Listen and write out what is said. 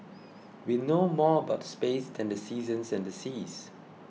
we know more about space than the seasons and seas